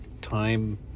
time